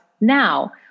Now